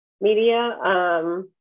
media